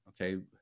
okay